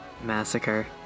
Massacre